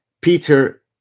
Peter